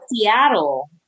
Seattle